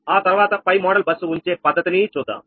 ఆ తర్వాత పై మోడల్ బస్సు ఉంచే పద్ధతి నీ చూద్దాం